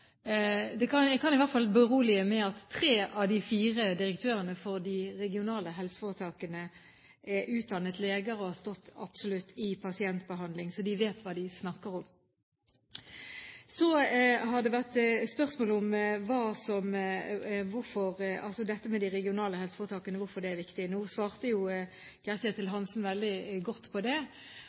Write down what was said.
Jeg kan i hvert fall berolige med at tre av de fire direktørene for de regionale helseforetakene er utdannet leger og har absolutt stått i pasientbehandling, så de vet hva de snakker om. Så har det vært spørsmål om dette med de regionale helseforetakene og hvorfor det er viktig. Nå svarte jo Geir-Ketil Hansen veldig godt på det.